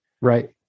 Right